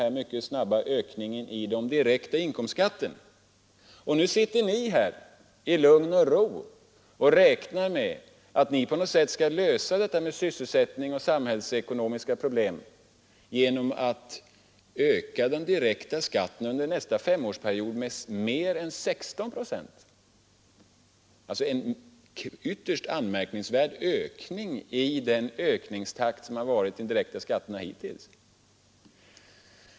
Och nu sitter ni här i lugn och ro och räknar skapats på grund av den mycket snabba ökningen i med att på något sätt kunna lösa problemet med sysselsättning och samhällsekonomi genom att under nästa femårsperiod öka den direkta skatten med mer än 16 procent — en ytterst anmärkningsvärd stegring av den hittillsvarande ökningstakten i de direkta skatterna.